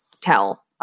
tell